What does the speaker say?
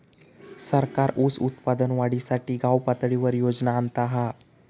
सरकार ऊस उत्पादन वाढीसाठी गावपातळीवर योजना आणता हा